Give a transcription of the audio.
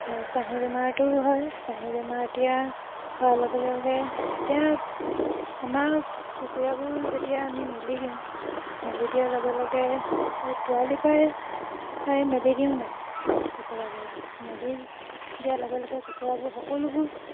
এতিয়া চাহী বেমাৰটোও হয় চাহী বেমাৰ এতিয়া হোৱাৰ লগে লগে এতিয়া আমাক কুকুৰাবোৰ যেতিয়া আমি মেলি দিওঁ মেলি দিয়াৰ লগে লগে পোৱালিৰপৰাই মেলি দিওঁ নাই কুকুৰাবোৰ মেলি দিয়াৰ লগে লগে কুকুৰাবোৰ সকলোবোৰ